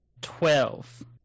twelve